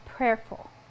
prayerful